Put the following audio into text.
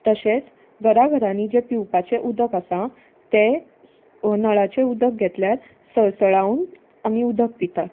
तशेंच घरा घरांनी जे पिवपाचें उदक आसा तें नळाचें उदक घेतल्यार सळसळावून आमी उदक पितात